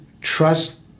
trust